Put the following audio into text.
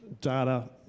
data